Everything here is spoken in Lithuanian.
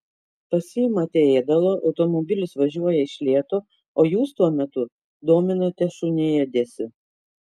pasiimate ėdalo automobilis važiuoja iš lėto o jūs tuo metu dominate šunį ėdesiu